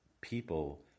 people